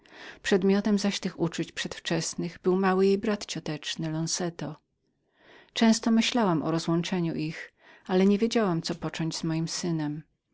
przedmiotem zaś tych uczuć przedwczesnych był mały jej brat cioteczny lonzeto często myślałam o rozłączeniu ich ale nie wiedziałam co począć z moim synem